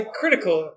critical